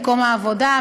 במקום העבודה,